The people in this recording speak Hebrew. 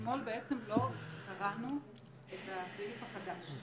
אתמול לא קראנו את הסעיף החדש.